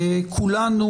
כולנו,